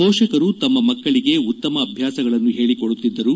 ಪೋಷಕರು ತಮ್ಮ ಮಕ್ಕಳಿಗೆ ಉತ್ತಮ ಅಭ್ಯಾಸಗಳನ್ನು ಹೇಳಿಕೊಡುತ್ತಿದ್ದರು